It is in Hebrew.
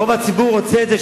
רוב הציבור רוצה את זה,